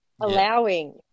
allowing